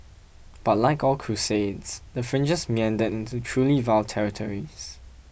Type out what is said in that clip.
but like all crusades the fringes meandered into truly vile territories